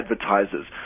advertisers